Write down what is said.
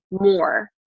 more